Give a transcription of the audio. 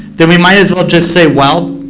then we might as well just say, well,